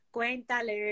Cuéntale